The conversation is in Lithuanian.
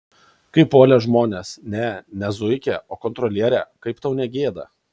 kaip puolė žmonės ne ne zuikę o kontrolierę kaip tau negėda